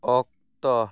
ᱚᱠᱛᱚ